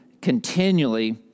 continually